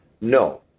No